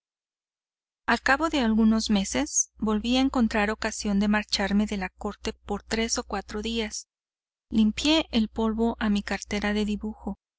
cabo de algunos meses volví a encontrar ocasión de marcharme de la corte por tres o cuatro días limpié el polvo a mi cartera de dibujo